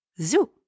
zoo